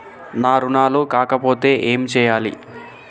నా రుణాలు కాకపోతే ఏమి చేయాలి?